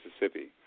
Mississippi